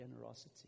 generosity